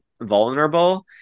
vulnerable